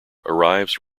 arrives